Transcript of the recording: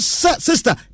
sister